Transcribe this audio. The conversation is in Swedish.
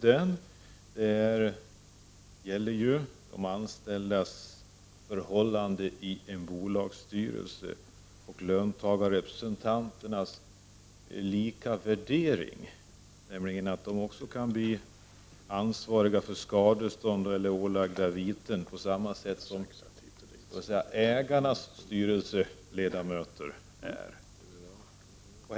Det handlar om de anställdas förhållanden i bolagsstyrelser och löntagarrepresentanternas lika värdering — dessa kan ju bli ansvariga i fråga om skadestånd eller ålagda viten på samma sätt som styrelseledamöterna på ägarsidan.